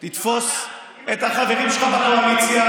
תתפוס את החברים שלך בקואליציה